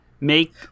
make